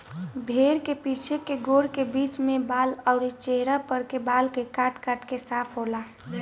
भेड़ के पीछे के गोड़ के बीच में बाल अउरी चेहरा पर के बाल के काट काट के साफ होला